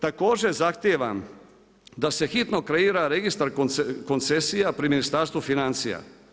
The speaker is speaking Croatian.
Također zahtijevam da se hitno kreira registar koncesija pri Ministarstvu financija.